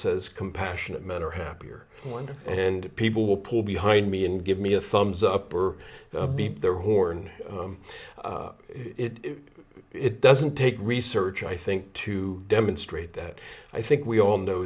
says compassionate men are happier when and people will pull behind me and give me a thumbs up or beat their horn it it doesn't take research i think to demonstrate that i think we all know